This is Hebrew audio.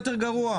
להוסיף.